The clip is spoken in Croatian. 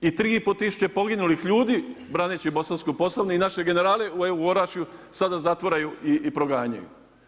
I 3,5 tisuće poginulih ljudi braneći Bosansku Posavinu i naše generale evo u Orašju sada zatvaraju i proganjaju.